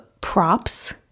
props